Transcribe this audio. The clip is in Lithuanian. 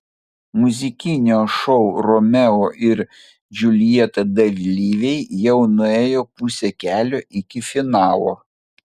muzikinio šou romeo ir džiuljeta dalyviai jau nuėjo pusę kelio iki finalo